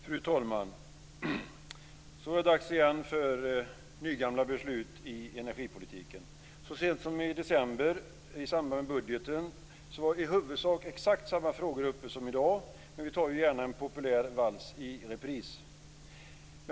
Fru talman! Så var det då dags återigen för nygamla beslut om energipolitiken. Så sent som i december i samband med budgeten var i huvudsak exakt samma frågor uppe som i dag, men vi tar gärna en populär vals i repris.